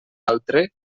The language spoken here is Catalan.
altre